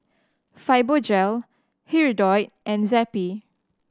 Fibogel Hirudoid and Zappy